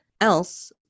else